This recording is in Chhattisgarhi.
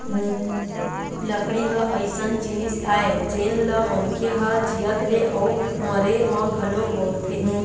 लकड़ी ह अइसन जिनिस आय जेन ल मनखे ह जियत ले अउ मरे म घलोक बउरथे